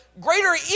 greater